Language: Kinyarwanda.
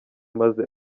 maze